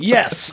Yes